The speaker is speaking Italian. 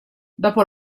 dopo